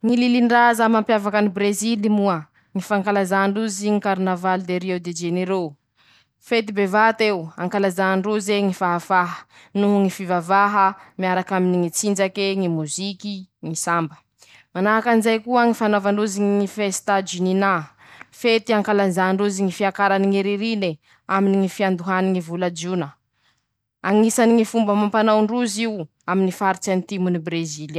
Ñy lilindraza mampiavaky any Birezily moa: ñy fankalazà ndrozy ñy karinavaly de rio de jenerô, fety bevat'eo ankalazà ndroze ñy fahafaha noho ñy fivavaha miarak'aminy ñy tsinjake, ñy moziky, ñy samba, manahakan'izay koa ñy fanaovandroze ñy fesitajininà, fety ankalazà ndrozy ñy fiakarany ñy ririné aminy ñy fiandohany ñy vola jona, añisany ñy fomba amampano ndroz'io, aminy ñy faritsy antimony Brezily.